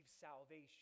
salvation